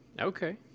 Okay